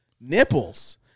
nipples